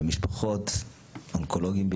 ולליווי משפחות של חולים,